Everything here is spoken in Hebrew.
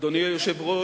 אדוני היושב-ראש,